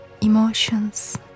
emotions